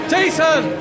Jason